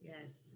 Yes